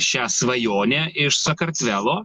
šią svajonę iš sakartvelo